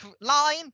line